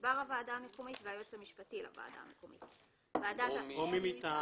גזבר הוועדה המקומית והיועץ המשפטי לוועדה המקומית או מי מטעמם.